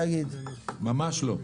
ממש לא.